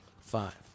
Five